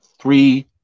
three